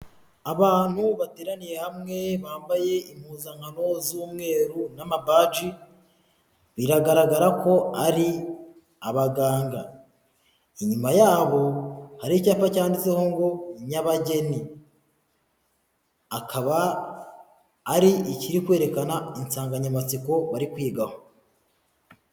Abantu bateraniye hamwe bambaye impuzankano z'umweru n'amabaji, biragaragara ko ari abaganga, inyuma yabo hari icyapa cyanditsweho ngo Nyabageni, akaba ari ikiri kwerekana insanganyamatsiko bari kwigaho.